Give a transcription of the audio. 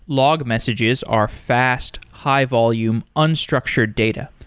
log messages are fast, high-volume, unstructured data.